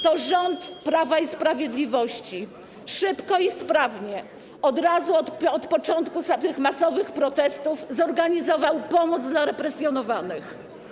To rząd Prawa i Sprawiedliwości szybko i sprawnie, od razu, od początku masowych protestów, zorganizował pomoc dla represjonowanych.